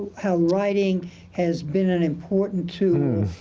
how writing has been an important tool,